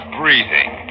breathing